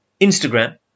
Instagram